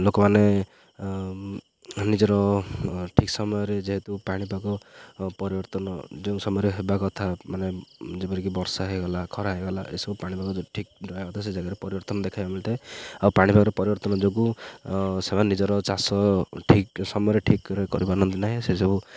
ଲୋକମାନେ ନିଜର ଠିକ୍ ସମୟରେ ଯେହେତୁ ପାଣିପାଗ ପରିବର୍ତ୍ତନ ଯେଉଁ ସମୟରେ ହେବା କଥା ମାନେ ଯେପରିକି ବର୍ଷା ହେଇଗଲା ଖରା ହେଇଗଲା ଏସବୁ ପାଣିପାଗ ଯେଉଁ ଠିକ୍ କଥା ସେ ଜାଗାରେ ପରିବର୍ତ୍ତନ ଦେଖାଇବାକୁ ମିଳିଥାଏ ଆଉ ପାଣିପାଗ ପରିବର୍ତ୍ତନ ଯୋଗୁଁ ସେମାନେ ନିଜର ଚାଷ ଠିକ୍ ସମୟରେ ଠିକ୍ରେ କରିପାରୁନାନ୍ତି ନାହିଁ ସେସବୁ